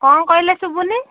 କ'ଣ କହିଲେ ଶୁଭୁନି